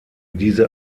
diese